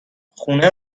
خونه